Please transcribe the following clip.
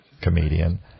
comedian